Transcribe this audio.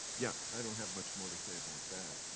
yeah, i don't have much more to say about that,